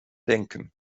denken